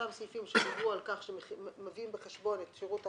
אותם סעיפים שדיברו על כך שמביאים בחשבון את שירות החובה,